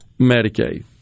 Medicaid